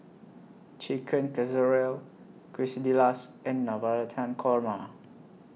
Chicken Casserole Quesadillas and Navratan Korma